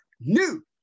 new